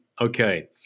Okay